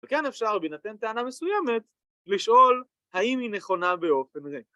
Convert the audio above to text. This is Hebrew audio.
וכאן אפשר בהינתן טענה מסוימת לשאול, האם היא נכונה באופן ריק